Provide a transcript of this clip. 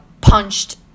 punched